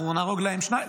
אנחנו נהרוג להם שניים.